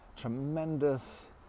tremendous